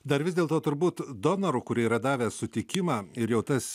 dar vis dėl to turbūt donorų kurie yra davę sutikimą ir jau tas